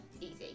easy